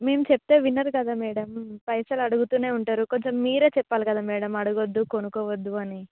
మేము చెబితే వినరు కదా మేడం పైసలు అడుగుతూనే ఉంటారు కొంచెం మీరే చెప్పాలి కదా మేడం అడగవద్దు కొనుక్కోవద్దు అని